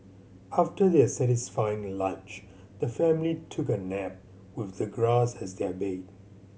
after their satisfying lunch the family took a nap with the grass as their bed